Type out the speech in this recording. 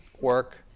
work